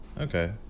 Okay